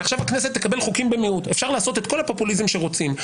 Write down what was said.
שעכשיו הכנסת תקבל חוקים במיעוט אפשר לעשות את כל הפופוליזם שרוצים.